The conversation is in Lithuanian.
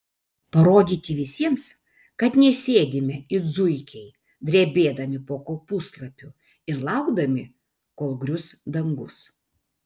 parodyti visiems kad nesėdime it zuikiai drebėdami po kopūstlapiu ir laukdami kol grius dangus